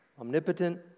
omnipotent